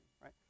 right